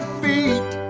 feet